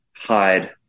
hide